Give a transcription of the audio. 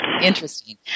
Interesting